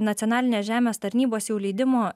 nacionalinės žemės tarnybos jau leidimo